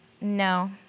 No